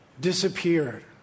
disappeared